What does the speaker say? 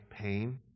pain